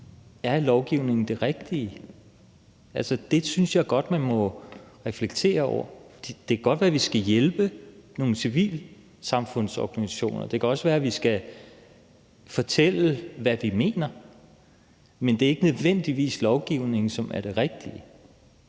Er lovgivning det rigtige? Det synes jeg godt man må reflektere over. Det kan godt være, at vi skal hjælpe nogle civilsamfundsorganisationer, og det kan også være, at vi skal fortælle, hvad vi mener, men det er ikke nødvendigvis lovgivning, som er det rigtige